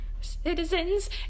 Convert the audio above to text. citizens